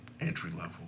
Entry-level